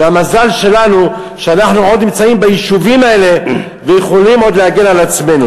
והמזל שלנו שאנחנו עוד נמצאים ביישובים האלה ויכולים להגן על עצמנו.